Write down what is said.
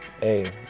Hey